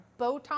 Botox